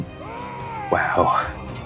Wow